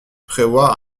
prévoit